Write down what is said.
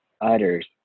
utters